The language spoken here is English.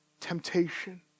temptation